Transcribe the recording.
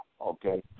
okay